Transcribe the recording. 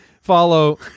follow